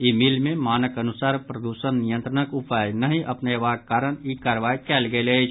ई mill मे मानक अनुसार प्रदूषण नियंत्रणक उपाय नहि अपनयबाक कारण ई कार्रवाई कयल गेल अछि